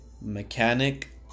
mechanic